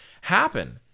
happen